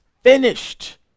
finished